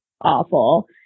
awful